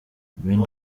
ben